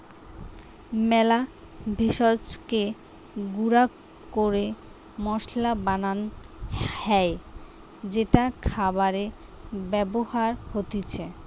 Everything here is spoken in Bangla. মেলা ভেষজকে গুঁড়া ক্যরে মসলা বানান হ্যয় যেটা খাবারে ব্যবহার হতিছে